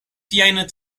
siajn